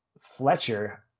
Fletcher